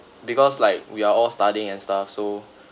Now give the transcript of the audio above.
because like we are all studying and stuff so